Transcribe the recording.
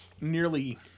nearly